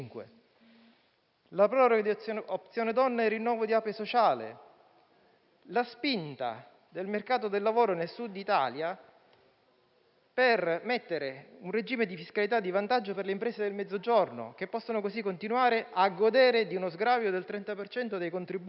la proroga di opzione donna e il rinnovo di APE sociale, la spinta al mercato del lavoro nel Sud Italia (con un regime di fiscalità di vantaggio per le imprese del Mezzogiorno, che possono così continuare a godere di uno sgravio del 30 per cento dei